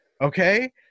okay